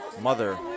mother